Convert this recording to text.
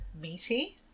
meaty